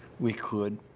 we could.